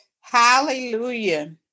Hallelujah